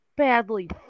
badly